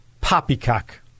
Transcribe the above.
poppycock